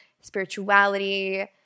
spirituality